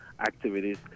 activities